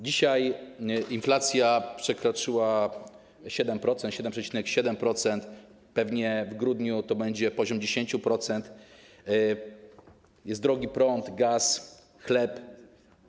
Dzisiaj inflacja przekroczyła 7%, wynosi 7,7%, pewnie w grudniu to będzie poziom 10%, jest drogi prąd, gaz, chleb.